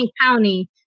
County